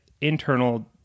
internal